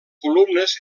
columnes